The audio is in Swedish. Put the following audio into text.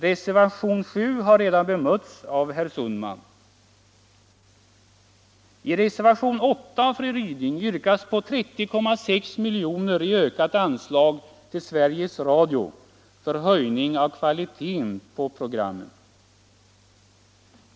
Reservationen 7 har redan bemötts av herr Sundman.